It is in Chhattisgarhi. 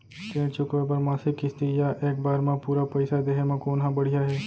ऋण चुकोय बर मासिक किस्ती या एक बार म पूरा पइसा देहे म कोन ह बढ़िया हे?